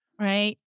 right